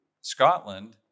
Scotland